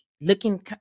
looking